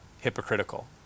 hypocritical